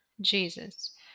Jesus